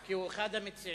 כי הוא אחד המציעים,